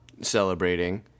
celebrating